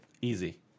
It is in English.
easy